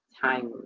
timely